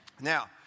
now